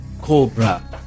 Cobra